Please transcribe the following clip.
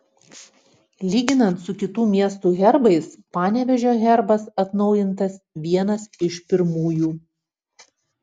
lyginant su kitų miestų herbais panevėžio herbas atnaujintas vienas iš pirmųjų